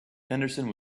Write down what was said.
henderson